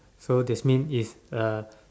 so that means it's uh